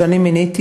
שאני מיניתי.